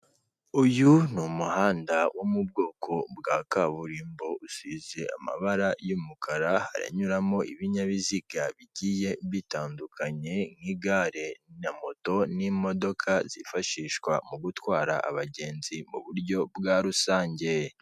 Uyu ni umuhanda wo mu bwoko bwa kaburimbo usize amabara y'umukara anyuramo ibinyabiziga bigiye bitandukanye, nk'igare na moto n'imodoka zifashishwa mu gutwara abagenzi mu buryo bwa rusange.